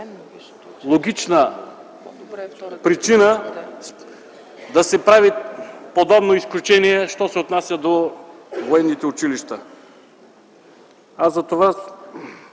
логична причина да се прави подобно изключение, що се отнася до военните училища. Затова